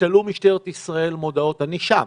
תלו במשטרת ישראל מודעות אני שם,